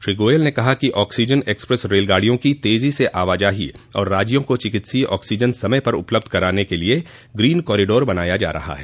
श्री गोयल ने कहा कि ऑक्सीजन एक्सप्रेस रेलगाड़ियों की तेजी से आवाजाही और राज्या को चिकित्सोय ऑक्सीजन समय पर उपलब्ध कराने के लिए ग्रीन कॉरिडोर बनाया जा रहा है